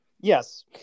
yes